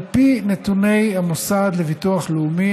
על פי נתוני המוסד לביטוח לאומי,